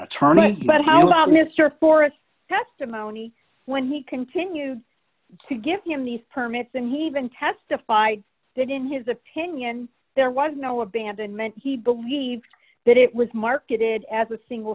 attorney but how about mister forrest testimony when he continued to give him these permits and he even testified that in his opinion there was no abandonment he believed that it was marketed as a single